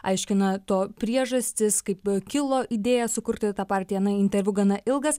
aiškina to priežastis kaip kilo idėja sukurti tą partiją na interviu gana ilgas